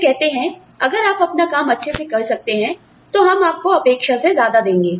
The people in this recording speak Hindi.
फिर कहते हैं अगर आप अपना काम अच्छे से कर सकते हैं हम आपको अपेक्षा से ज्यादा देंगे